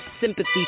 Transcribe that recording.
sympathy